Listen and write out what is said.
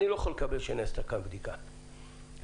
אני לא יכול לקבל שנעשתה כאן בדיקה רצינית.